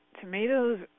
tomatoes